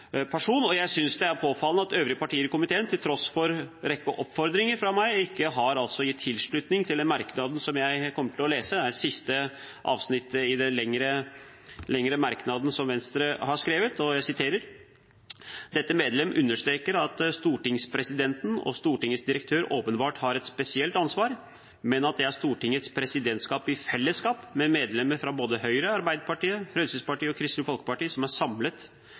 person. Jeg synes det er påfallende at de øvrige partiene i komiteen, til tross for en rekke oppfordringer fra meg, ikke har gitt tilslutning til merknaden som jeg vil lese. Det er det siste avsnittet i den lengre merknaden som Venstre har skrevet, og jeg siterer: «Dette medlem understreker at stortingspresidenten og Stortingets direktør åpenbart har et spesielt ansvar, men at det er Stortingets presidentskap i fellesskap med medlemmer fra både Høyre, Arbeiderpartiet, Fremskrittspartiet og Kristelig Folkeparti som samlet er